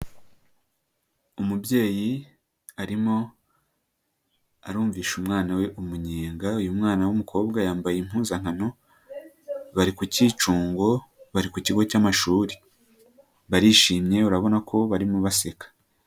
Umubyeyi arimo arumvisha umwana we umunyenga, uyu mwana w'umukobwa yambaye impuzankano, bari ku kicungo, bari ku kigo cy'amashuri. Barishimye urabona ko barimo baseka.